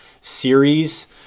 series